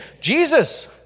Jesus